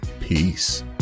peace